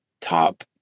top